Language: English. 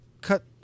cut